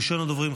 ראשון הדוברים,